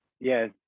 Yes